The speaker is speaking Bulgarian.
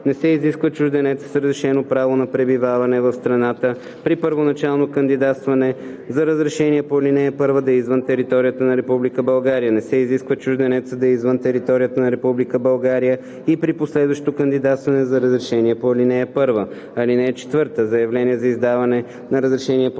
Не се изисква чужденецът с разрешено право на пребиваване в страната при първоначално кандидатстване за разрешение по ал. 1 да е извън територията на Република България. Не се изисква чужденецът да е извън територията на Република България и при последващо кандидатстване за разрешение по ал. 1. (4) Заявление за издаване на разрешение по ал. 1